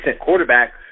quarterback